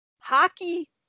hockey